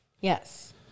Yes